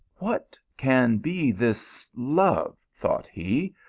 what can be this love, thought he,